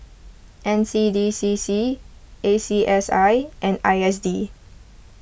N C D C C A C S I and I S D